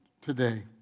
today